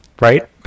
right